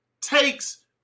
takes